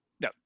No